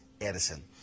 Edison